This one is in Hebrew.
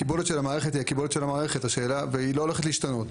הקיבולת של המערכת היא הקיבולת של המערכת והיא לא הולכת להשתנות.